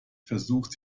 versucht